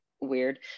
weird